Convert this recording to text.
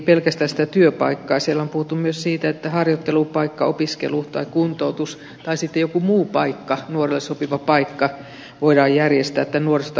siellä on puhuttu myös siitä että harjoittelupaikka opiskelu tai kuntoutus tai sitten joku muu paikka nuorelle sopiva paikka voidaan järjestää tämän nuorisotakuun piirissä